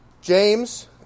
James